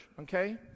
okay